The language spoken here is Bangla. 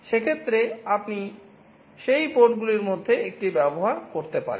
সেক্ষেত্রে আপনি সেই বোর্ডগুলির মধ্যে একটি ব্যবহার করতে পারেন